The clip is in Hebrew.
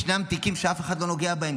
ישנם תיקים שאף אחד לא נוגע בהם,